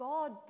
God